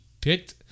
picked